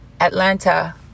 Atlanta